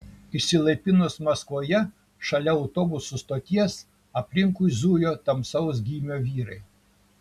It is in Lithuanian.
išsilaipinus maskvoje šalia autobusų stoties aplinkui zujo tamsaus gymio vyrai